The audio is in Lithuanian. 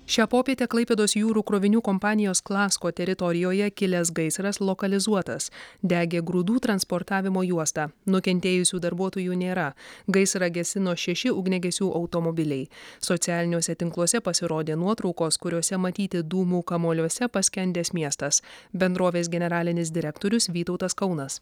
šią popietę klaipėdos jūrų krovinių kompanijos klasko teritorijoje kilęs gaisras lokalizuotas degė grūdų transportavimo juosta nukentėjusių darbuotojų nėra gaisrą gesino šeši ugniagesių automobiliai socialiniuose tinkluose pasirodė nuotraukos kuriose matyti dūmų kamuoliuose paskendęs miestas bendrovės generalinis direktorius vytautas kaunas